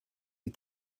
you